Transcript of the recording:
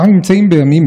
השאילתה נסבה ככה: